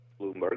Bloomberg